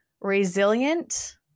resilient